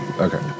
Okay